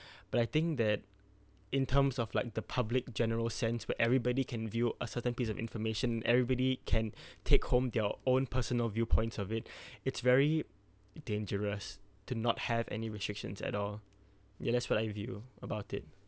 but I think that in terms of like the public general sense where everybody can view a certain piece of information everybody can take home their own personal viewpoints of it it's very dangerous to not have any restrictions at all ya that's what I view about it